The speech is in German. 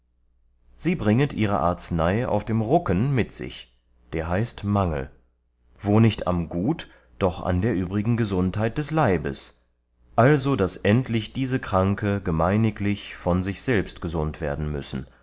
sie bringet ihre arznei auf dem rucken mit sich der heißt mangel wo nicht am gut doch an der übrigen gesundheit des leibes also daß endlich diese kranke gemeiniglich von sich selbst gesund werden müssen